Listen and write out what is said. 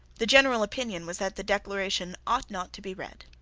the general opinion was that the declaration ought not to be read.